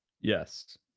Yes